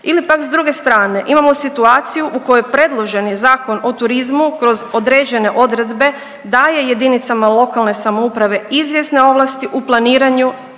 Ili pak s druge strane imamo situaciju u kojoj predloženi Zakon o turizmu kroz određene odredbe daje JLS izvjesne ovlasti u planiranju i